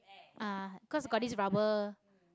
ah cause got this rubber